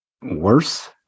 worse